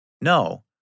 No